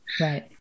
Right